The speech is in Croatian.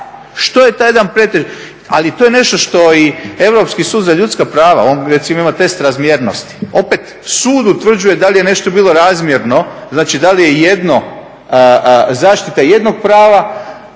pojedinačnom slučaju. Ali to je nešto što i Europski sud za ljudska prava, on ima recimo test razmjernosti, opet sud utvrđuje da li je nešto bilo razmjerno, da li je zaštita jednog prava